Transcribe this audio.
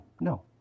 No